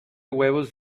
huevos